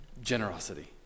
generosity